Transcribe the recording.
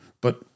but-